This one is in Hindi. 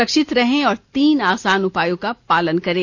सुरक्षित रहें और तीन आसान उपायों का पालन करें